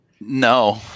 No